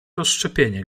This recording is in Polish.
rozszczepienie